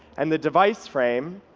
and the device frame